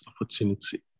opportunity